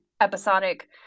episodic